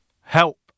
Help